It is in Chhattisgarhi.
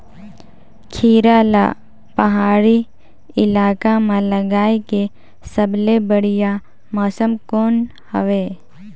खीरा ला पहाड़ी इलाका मां लगाय के सबले बढ़िया मौसम कोन हवे?